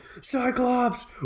Cyclops